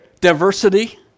diversity